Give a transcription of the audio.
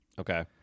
okay